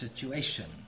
situation